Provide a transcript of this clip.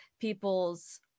people's